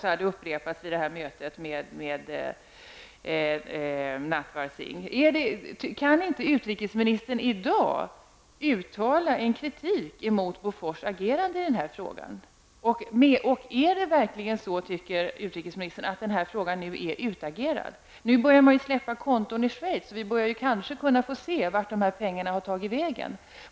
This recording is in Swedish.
Detta upprepades också vid det aktuella mötet med Kan inte utrikesministern i dag uttala kritik mot Bofors agerande i den här frågan? Tycker verkligen utrikesministern att frågan är utagerad? Nu börjar man ju släppa fram information om konton i Schweiz. Därmed blir det kanske möjligt att se vart pengarna har tagit vägen.